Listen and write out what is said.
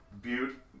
Butte